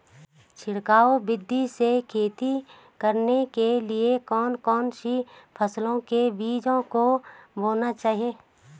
छिड़काव विधि से खेती करने के लिए कौन कौन सी फसलों के बीजों को बोना चाहिए?